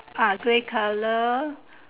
ah grey colour